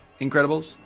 Incredibles